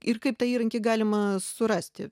ir kaip tą įrankį galima surasti